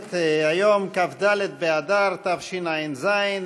היום כ"ד באדר התשע"ז,